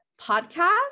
podcast